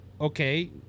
okay